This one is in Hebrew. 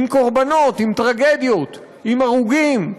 עם קורבנות, עם טרגדיות, עם הרוגים,